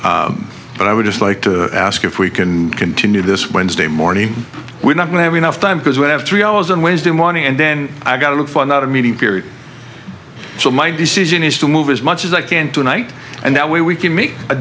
obligations but i would just like to ask if we can continue this wednesday morning we're not going have enough time because we have three hours on wednesday morning and then i got to look for another meeting period so my decision is to move as much as i can tonight and that way we can make a